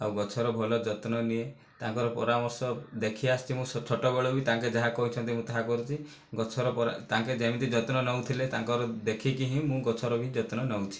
ଆଉ ଗଛର ଭଲ ଯତ୍ନ ନିଏ ତାଙ୍କର ପରାମର୍ଶ ଦେଖି ଆସୁଛି ମୁଁ ଛୋଟବେଳୁ ବି ତାଙ୍କେ ଯାହା କହିଛନ୍ତି ମୁଁ ତାହା କରିଛି ଗଛର ପରା ତାଙ୍କେ ଯେମିତି ଯତ୍ନ ନେଉଥିଲେ ତାଙ୍କର ଦେଖିକି ହିଁ ମୁଁ ଗଛର ବି ଯତ୍ନ ନେଉଛି